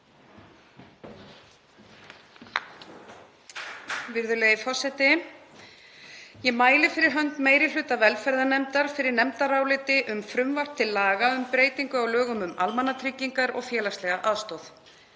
Ég mæli fyrir hönd meiri hluta velferðarnefndar fyrir nefndaráliti um frumvarp til laga um breytingu á lögum um almannatryggingar og félagslega aðstoð.